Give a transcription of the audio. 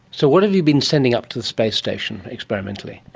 so what have you been sending up to the space station experimentally?